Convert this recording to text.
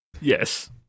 Yes